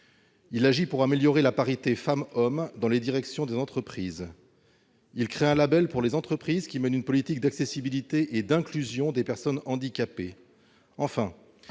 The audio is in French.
également d'améliorer la parité femmes-hommes dans les directions des entreprises et de créer un label pour les entreprises qui mènent une politique d'accessibilité et d'inclusion des personnes handicapées.